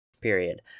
period